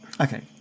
Okay